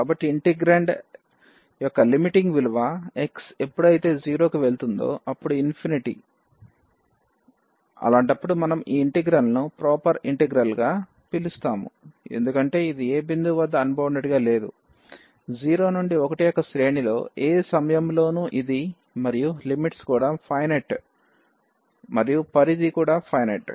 కాబట్టి ఇంటిగ్రాండ్ యొక్క లిమిటింగ్ విలువ x ఎప్పుడైతే 0 కి వెళుతుందో అప్పుడు అలాంటప్పుడు మనం ఈ ఇంటిగ్రల్ ను ప్రొపెర్ ఇంటిగ్రల్ గా అని పిలుస్తాము ఎందుకంటే ఇది ఏ బిందువు వద్ద అన్బౌండెడ్ గా లేదు 0 నుండి 1 యొక్క శ్రేణిలో ఏ సమయంలోనూ ఇది మరియు లిమిట్స్ కూడా ఫైనెట్ మరియు పరిధి కూడా ఫైనెట్